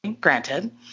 Granted